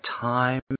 time